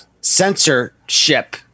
censorship